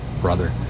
brother